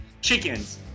Chickens